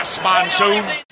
monsoon